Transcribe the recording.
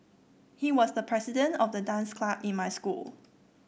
he was the president of the dance club in my school